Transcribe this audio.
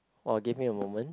or give me a moment